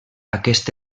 aquest